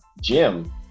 Jim